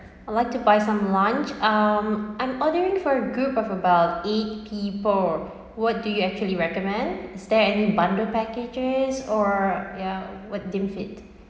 I'd like to buy some lunch um I'm ordering for a group of about eight people what do you actually recommend is there any bundle packages or ya what deem fit